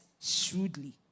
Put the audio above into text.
shrewdly